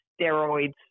steroids